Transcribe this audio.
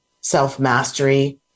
self-mastery